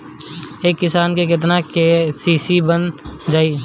एक किसान के केतना के.सी.सी बन जाइ?